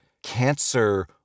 Cancer